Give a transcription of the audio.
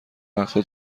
وقتها